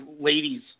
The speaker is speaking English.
ladies